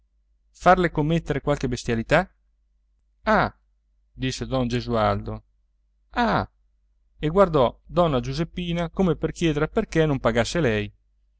farle commettere qualche bestialità ah disse don gesualdo ah e guardò donna giuseppina come per chiedere perché non pagasse lei